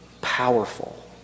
powerful